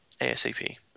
ASAP